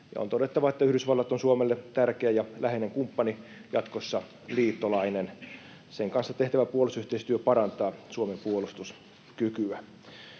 On todettava, että Yhdysvallat on Suomelle tärkeä ja läheinen kumppani — jatkossa liittolainen. Sen kanssa tehtävä puolustusyhteistyö parantaa Suomen puolustuskykyä.